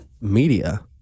media